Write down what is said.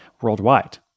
worldwide